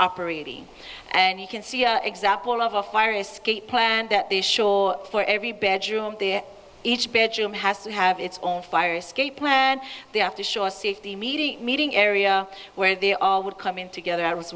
operating and you can see an example of a fire escape plan that the shore for every bedroom each bedroom has to have its own fire escape plan they have to show a safety meeting meeting area where they all would come in together as